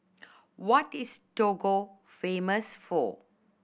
what is Togo famous for